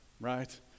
right